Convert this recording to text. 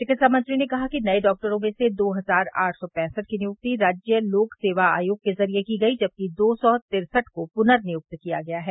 चिकित्सा मंत्री ने कहा कि नये डॉक्टरों में से दो हजार आठ सौ पैसठ की नियुक्ति राज्य लोक सेवा आयोग के जरिये की गई जबकि दो सौ तिरसठ को पुनर्नियुक्त किया गया है